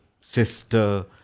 sister